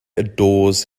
adores